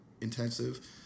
intensive